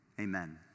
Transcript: Amen